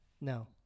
No